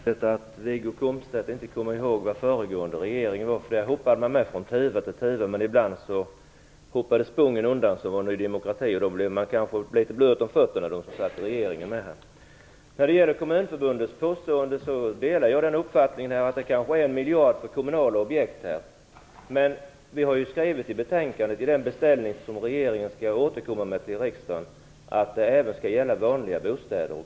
Herr talman! Det är märkligt att Wiggo Komstedt inte kommer ihåg vad föregående regering gjorde; där hoppade man också från tuva till tuva, men ibland hoppade tuvan - Ny demokrati - undan, och då blev de som satt i regeringen blöta om fötterna. När det gäller Kommunförbundets påstående vill jag säga att jag delar uppfattningen att det finns kommunala objekt för kanske 1 miljard. Men vi har ju skrivit i den beställning vi har gjort till regeringen i betänkandet att stödet även skall gälla vanliga bostäder.